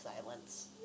silence